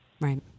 Right